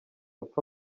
apfa